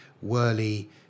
whirly